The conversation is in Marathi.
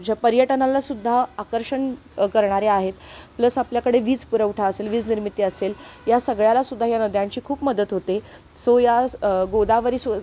ज्या पर्यटनाला सुद्धा आकर्षण करणारे आहेत प्लस आपल्याकडे वीज पुरवठा असेल वीज निर्मिती असेल या सगळ्याला सुद्धा ह्या नद्यांची खूप मदत होते सो या स गोदावरी स्व